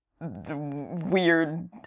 weird